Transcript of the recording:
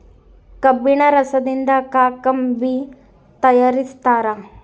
ಕಬ್ಬಿಣ ರಸದಿಂದ ಕಾಕಂಬಿ ತಯಾರಿಸ್ತಾರ